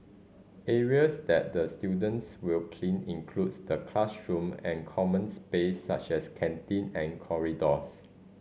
areas that the students will clean includes the classroom and common space such as canteen and corridors